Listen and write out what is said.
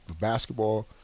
basketball